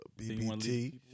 BBT